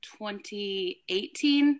2018